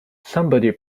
somebody